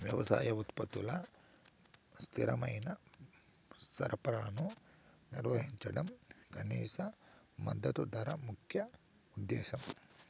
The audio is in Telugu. వ్యవసాయ ఉత్పత్తుల స్థిరమైన సరఫరాను నిర్వహించడం కనీస మద్దతు ధర ముఖ్య ఉద్దేశం